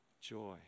joy